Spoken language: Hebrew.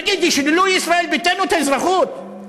תגידו, שללו לישראל ביתנו את האזרחות?